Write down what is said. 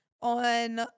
on